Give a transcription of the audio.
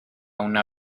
una